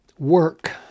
work